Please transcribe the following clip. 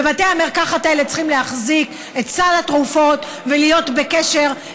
ובתי המרקחת האלה צריכים להחזיק את סל התרופות ולהיות בקשר,